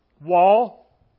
Wall